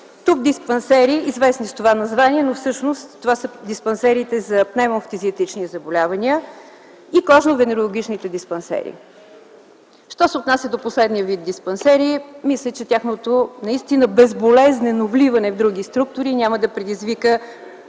тубдиспансери (известни с това название, но всъщност това са диспансерите за пневмофтизиатрични заболявания) и кожно-венерологични диспансери. Що се отнася до последния вид диспансери, мисля, че тяхното наистина безболезнено вливане в други структури няма да предизвика